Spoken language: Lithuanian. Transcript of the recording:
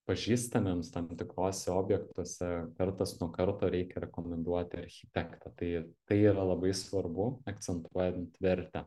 pažįstamiems tam tikruose objektuose kartas nuo karto reikia rekomenduoti architektą tai tai yra labai svarbu akcentuojant vertę